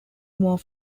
more